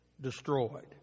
destroyed